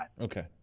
Okay